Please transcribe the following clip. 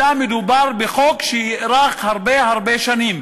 אלא מדובר בחוק שיארך הרבה הרבה שנים,